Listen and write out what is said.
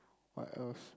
what else